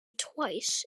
twice